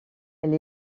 elle